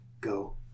Go